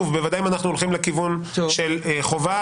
אנחנו הולכים לכיוון של חובה,